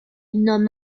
nomme